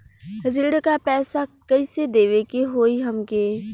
ऋण का पैसा कइसे देवे के होई हमके?